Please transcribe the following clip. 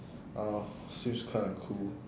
uh seems kind of cool